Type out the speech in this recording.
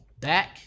Back